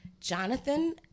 Jonathan